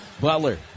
Butler